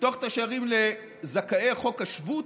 לפתוח את השערים לזכאי חוק השבות,